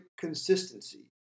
consistency